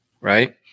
right